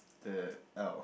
the oh